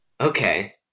Okay